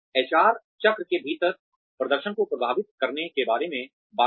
HR चक्र के भीतर प्रदर्शन को प्रभावित करने के बारे में बात की